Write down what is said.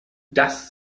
das